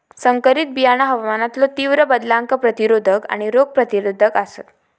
संकरित बियाणा हवामानातलो तीव्र बदलांका प्रतिरोधक आणि रोग प्रतिरोधक आसात